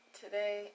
today